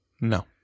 No